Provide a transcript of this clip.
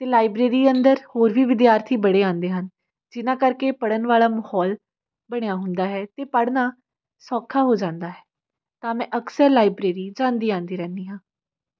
ਅਤੇ ਲਾਈਬ੍ਰੇਰੀ ਅੰਦਰ ਹੋਰ ਵੀ ਵਿਦਿਆਰਥੀ ਬੜੇ ਆਉਂਦੇ ਹਨ ਜਿਨਾਂ ਕਰਕੇ ਪੜ੍ਹਨ ਵਾਲਾ ਮਾਹੌਲ ਬਣਿਆ ਹੁੰਦਾ ਹੈ ਅਤੇ ਪੜ੍ਹਨਾ ਸੌਖਾ ਹੋ ਜਾਂਦਾ ਹੈ ਤਾਂ ਮੈਂ ਅਕਸਰ ਲਾਈਬ੍ਰੇਰੀ ਜਾਂਦੀ ਆਉਂਦੀ ਰਹਿੰਦੀ ਹਾਂ